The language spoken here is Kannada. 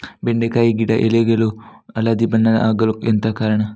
ಬೆಂಡೆಕಾಯಿ ಗಿಡ ಎಲೆಗಳು ಹಳದಿ ಬಣ್ಣದ ಆಗಲು ಎಂತ ಕಾರಣ?